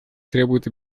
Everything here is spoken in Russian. требует